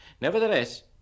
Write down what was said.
Nevertheless